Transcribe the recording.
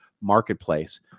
marketplace